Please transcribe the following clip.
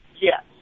Yes